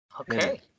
okay